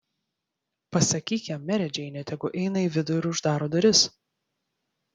pasakyk jam mere džeine tegu eina į vidų ir uždaro duris